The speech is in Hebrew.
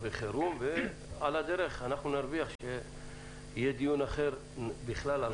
על הדרך נרוויח דיון אחר על ההשכלה.